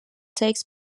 takes